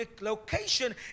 location